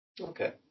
okay